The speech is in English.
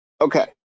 okay